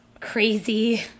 crazy